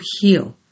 heal